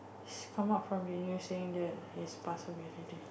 came up from the news saying that he is passed away today